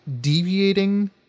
deviating